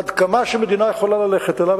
עד כמה שמדינה יכולה ללכת אליו.